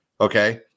Okay